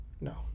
No